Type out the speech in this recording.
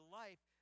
life